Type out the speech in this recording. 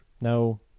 No